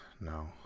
No